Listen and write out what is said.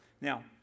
Now